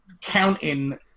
counting